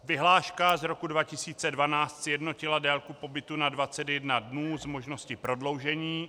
Vyhláška z roku 2012 sjednotila délku pobytu na 21 dnů s možností prodloužení.